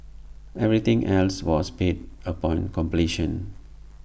everything else was paid upon completion